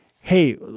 hey